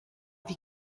wie